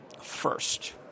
first